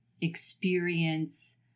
experience